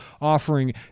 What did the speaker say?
offering